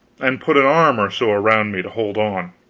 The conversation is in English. and put an arm or so around me to hold on.